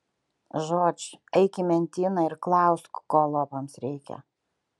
žodž eik į mentyną ir klausk ko lopams reikia